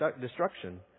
destruction